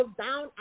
down